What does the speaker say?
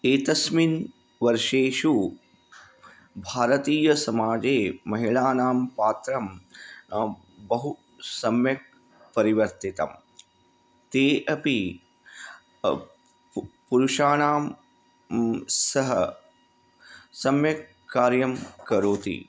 एतस्मिन् वर्षेषु भारतीयसमाजे महिलानां पात्रं बहु सम्यक् परिवर्तितं ते अपि प् पुरुषाणां सह सम्यक् कार्यं करोति